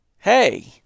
Hey